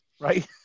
right